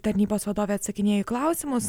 tarnybos vadovė atsakinėjo į klausimus